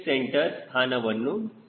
c ಸ್ಥಾನವನ್ನು C